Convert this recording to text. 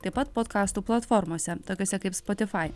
taip pat podkastų platformose tokiose kaip spotify